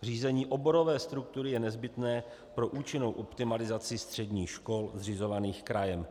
Řízení oborové struktury je nezbytné pro účinnou optimalizaci středních škol zřizovaných krajem.